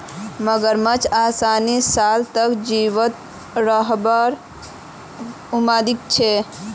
मगरमच्छक अस्सी साल तक जीवित रहबार उम्मीद छेक